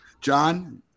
John